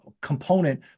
component